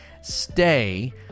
stay